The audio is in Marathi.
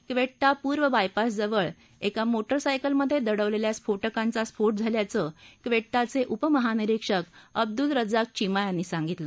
क्वेट्टा पूर्व बायपासजवळ एका मोटर सायकलमधे दडवलेल्या स्फोटकांचा स्फोट झाल्याचं क्वेट्टाचे उप महानिरीक्षक अब्दुल रज्जाक चीमा यांनी सांगितलं